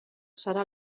serà